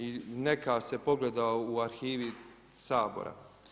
I neka se pogleda u arhivi Sabora.